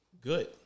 good